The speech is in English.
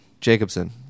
jacobson